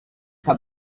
had